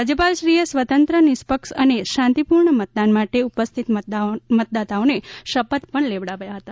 રાજ્યપાલશ્રીએ સ્વતંત્ર નિષ્પક્ષ અને શાંતિપૂર્ણ મતદાન માટે ઉપસ્થિત મતદાતાઓને શપથ પણ લેવડાવ્યા હતા